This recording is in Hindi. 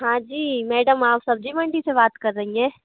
हाँ जी मैडम आप सब्ज़ी मंडी से बात कर रही हैं